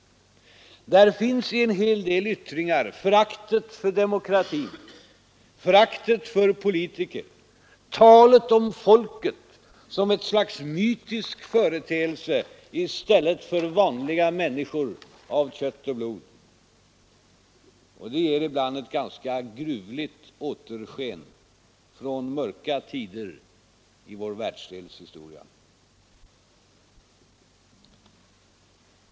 Där finns i en del yttringar föraktet för demokratin, föraktet för politiker, talet om folket som ett slags mytisk företeelse i stället för vanliga människor av kött och blod. Det ger ibland ett ganska gruvligt återsken från mörka tider i vår världsdels historia.